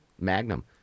Magnum